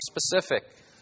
specific